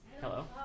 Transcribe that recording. Hello